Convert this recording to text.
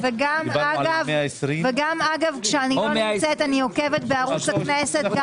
אני עוקבת גם כשאני כאן וגם כשאני לא נמצאת כאן אני עוקבת בערוץ הכנסת,